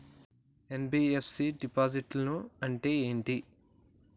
NBFC డిపాజిట్లను అంటే ఏంటి?